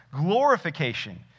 glorification